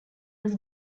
was